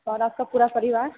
और आपका पूरा परिवार